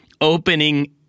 opening